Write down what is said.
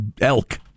elk